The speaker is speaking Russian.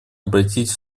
обратить